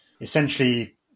essentially